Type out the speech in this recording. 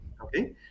Okay